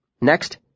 Next